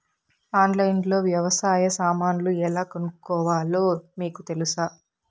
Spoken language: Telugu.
ఆన్లైన్లో లో వ్యవసాయ సామాన్లు ఎలా కొనుక్కోవాలో మీకు తెలుసా?